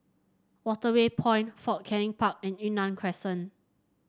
Waterway Point Fort Canning Park and Yunnan Crescent